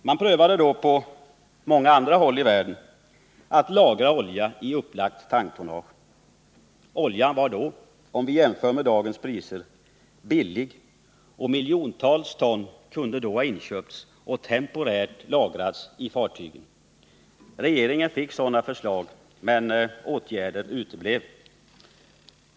Man prövade då på många andra håll i världen att lagra olja i upplagt tanktonnage. Oljan var då — om vi jämför med dagens priser — billig, och miljontals ton kunde ha inköpts och temporärt lagrats i fartygen. Regeringen fick sådana förslag, men åtgärder uteblev.